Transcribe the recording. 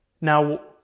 Now